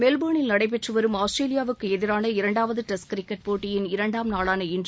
மெல்பெர்னில் நடைபெற்று வரும் ஆஸ்திரேலியாவுக்கு எதிரான இரண்டாவது டெஸ்ட் கிரிக்கெட் போட்டியின் இரண்டாம் நாளான இன்று